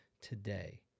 today